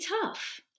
tough